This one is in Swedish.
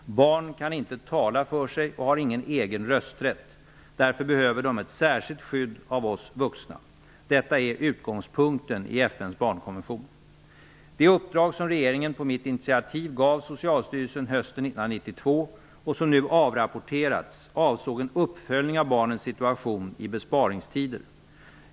Barn kan inte tala för sig och har ingen egen rösträtt. Därför behöver de ett särskilt skydd av oss vuxna. Detta är utgångspunkten i FN:s barnkonvention. Det uppdrag som regeringen, på mitt initiativ, gav Socialstyrelsen hösten 1992 och som nu avrapporterats avsåg en uppföljning av barnens situation i besparingstider.